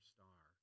Star